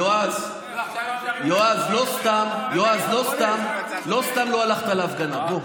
יועז, לא סתם לא הלכת להפגנה.